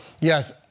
Yes